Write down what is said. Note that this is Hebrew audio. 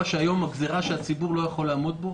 שהיום הוא גזרה שהציבור לא יכול לעמוד בה.